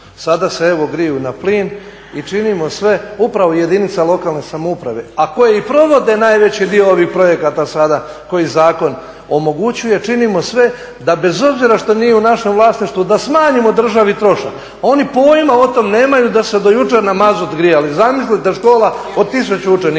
Sada se evo griju na plin i činimo sve, upravo jedinica lokalne samouprave, a koje i provode najveći dio ovih projekata sada koje zakon omogućuje, činimo sve da bez obzira što nije u našem vlasništvu da smanjimo državi trošak. Oni pojma o tom nemaju da se do jučer na mazut grijali. Zamislite škola od tisuću učenika